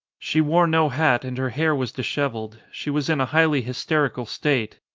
she wore no hat and her hair was dishevelled. she was in a highly hysterical state.